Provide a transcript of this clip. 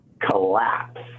collapse